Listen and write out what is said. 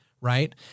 Right